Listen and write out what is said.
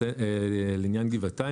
לעניין גבעתיים,